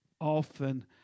often